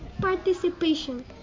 participation